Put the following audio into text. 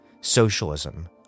socialism